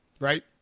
right